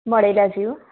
મળેલા જીવ